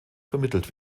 vermittelt